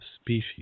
species